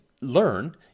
learn